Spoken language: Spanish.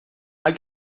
hay